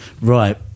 right